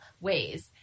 ways